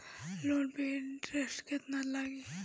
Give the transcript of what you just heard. Loan पे interest केतना लागी?